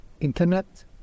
internet